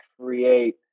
create